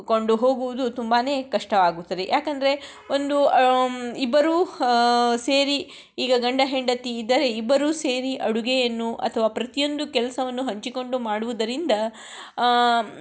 ಕೊಂಡು ಹೋಗುವುದು ತುಂಬಾ ಕಷ್ಟ ಆಗುತ್ತದೆ ಯಾಕಂದರೆ ಒಂದು ಇಬ್ಬರೂ ಸೇರಿ ಈಗ ಗಂಡ ಹೆಂಡತಿ ಇದ್ದರೆ ಇಬ್ಬರೂ ಸೇರಿ ಅಡುಗೆಯನ್ನು ಅಥ್ವ ಪ್ರತಿಯೊಂದು ಕೆಲಸವನ್ನು ಹಂಚಿಕೊಂಡು ಮಾಡುವುದರಿಂದ